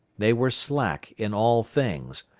they were slack in all things,